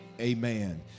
amen